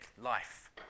life